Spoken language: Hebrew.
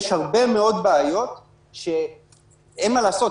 יש הרבה מאוד בעיות ואין מה לעשות,